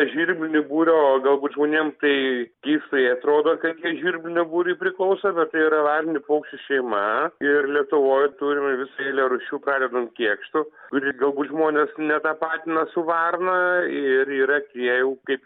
žvirblinių būrio galbūt žmonėm tai keistai atrodo kad jie žvirblinių būriui priklauso bet tai yra varninių paukščių šeima ir lietuvoj turim visą eilę rūšių pradedant kėkštu kurį galbūt žmonės netapatina su varna ir yra tie jau kaip